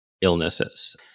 illnesses